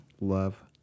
Love